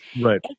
Right